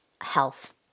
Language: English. health